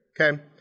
okay